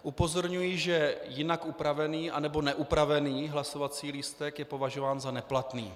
Upozorňuji, že jinak upravený a nebo neupravený hlasovací lístek je považován za neplatný.